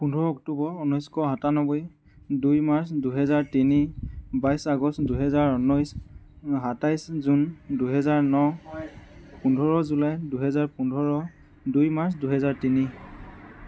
পোন্ধৰ অক্টোবৰ ঊনৈছশ সাতানব্বৈ দুই মাৰ্চ দুহেজাৰ তিনি বাইছ আগষ্ট দুহেজাৰ ঊনৈছ সাতাইছ জুন দুহেজাৰ ন পোন্ধৰ জুলাই দুহেজাৰ পোন্ধৰ দুই মাৰ্চ দুহেজাৰ তিনি